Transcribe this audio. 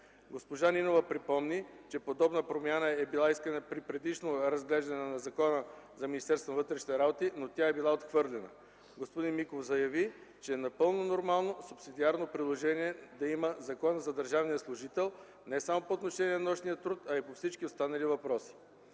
Госпожа Нинова припомни, че подобна промяна е била искана при предишно разглеждане на Закона за Министерство на вътрешните работи, но тя е била отхвърлена. Господин Миков заяви, че е напълно нормално субсидиарно приложение да има Законът за държавния служител, не само по отношение на нощния труд, а и по всички останали въпроси.